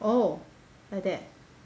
oh like that